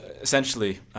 essentially